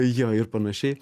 jo ir panašiai